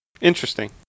Interesting